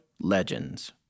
legends